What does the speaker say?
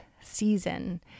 season